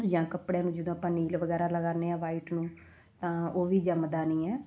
ਜਾਂ ਕੱਪੜਿਆਂ ਨੂੰ ਜਦੋਂ ਆਪਾਂ ਨੀਲ ਵਗੈਰਾ ਲਗਾਉਂਦੇ ਹਾਂ ਵਾਈਟ ਨੂੰ ਤਾਂ ਉਹ ਵੀ ਜੰਮਦਾ ਨਹੀਂ ਹੈ